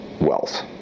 wealth